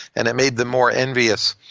and it made the more envious.